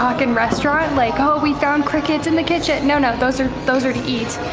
like and restaurant? like, oh, we found crickets in the kitchen. no, no, those are those are to eat,